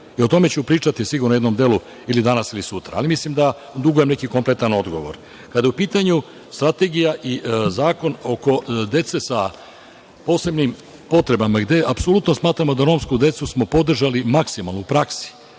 O tome ću pričati sigurno u jednom delu, ili danas ili sutra, ali mislim da dugujem neki kompletan odgovor. Kada je u pitanju strategija i zakon oko dece sa posebnim potrebama, gde apsolutno smatramo da romsku decu smo podržali maksimalno u praksi.